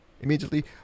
immediately